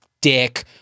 dick